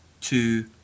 two